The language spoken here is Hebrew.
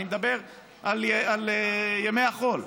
אני מדבר על ימי החול,